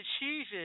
cheeses